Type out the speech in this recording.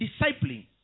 discipling